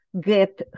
get